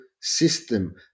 system